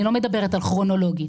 אני מדברת על כרונולוגי,